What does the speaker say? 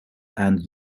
and